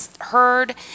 heard